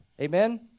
Amen